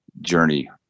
journey